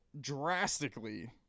drastically